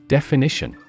Definition